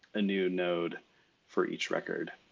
a new node for each record.